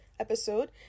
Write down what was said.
episode